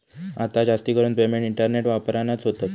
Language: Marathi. आता जास्तीकरून पेमेंट इंटरनेट वापरानच होतत